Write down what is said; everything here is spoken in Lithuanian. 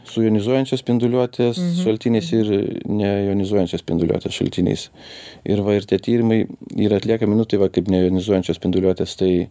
su jonizuojančios spinduliuotės šaltiniais ir nejonizuojančios spinduliuotės šaltiniais ir va ir tie tyrimai yra atliekami nu tai va kaip nejonizuojančios spinduliuotės tai